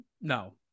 no